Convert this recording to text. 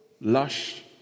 lush